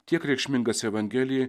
tiek reikšmingas evangelijai